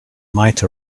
might